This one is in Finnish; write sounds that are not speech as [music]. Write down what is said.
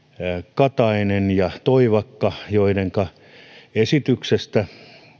katainen ja [unintelligible] toivakka joidenka esityksestä